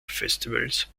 festivals